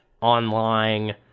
online